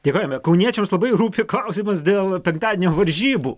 dėkojame kauniečiams labai rūpi klausimas dėl penktadienio varžybų